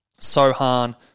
Sohan